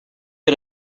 get